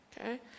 okay